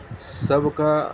سب کا